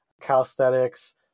calisthenics